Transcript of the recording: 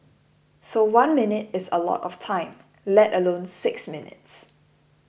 so one minute is a lot of time let alone six minutes